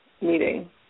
meeting